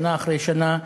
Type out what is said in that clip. שנה אחרי שנה,